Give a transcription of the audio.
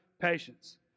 patience